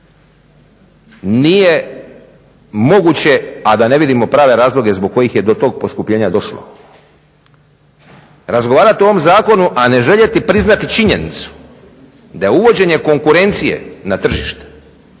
nije moguće a da ne vidimo prave razloge zbog kojih je do tog poskupljenja došlo. Razgovarati o ovome zakonu, a ne željeti priznati činjenicu da je uvođenje konkurencije na tržište